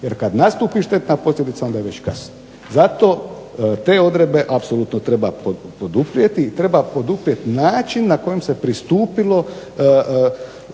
jer kad nastupi štetna posljedica onda je već kasno. Zato te odredbe apsolutno treba poduprijeti i treba poduprijeti način na koji se pristupilo